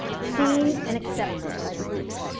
seen and accepted by the group